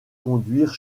conduire